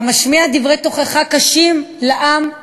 המשמיע דברי תוכחה קשים לעם,